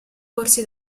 corsi